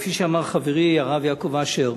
כפי שאמר חברי הרב יעקב אשר,